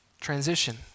Transition